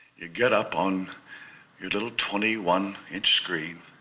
you get up on your little twenty one inch screen